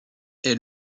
est